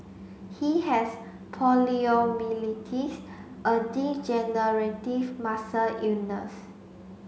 he has poliomyelitis a degenerative muscle illness